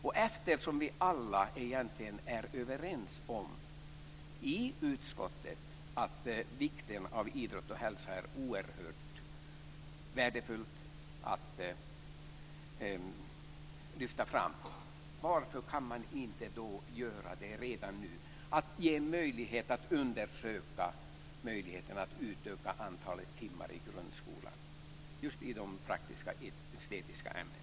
Och eftersom egentligen alla i utskottet är överens om att det är oerhört värdefullt att lyfta fram vikten av idrott och hälsa undrar jag varför man då inte kan gör det redan nu, att undersöka möjligheten att utöka antalet timmar i grundskolan just i de praktiska och estetiska ämnen.